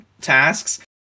tasks